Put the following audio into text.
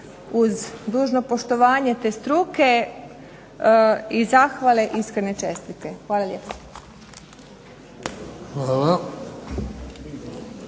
uz dužno poštovanje te struke i zahvale i iskrene čestitke. Hvala lijepo.